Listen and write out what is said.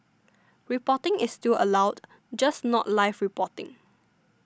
reporting is still allowed just not live reporting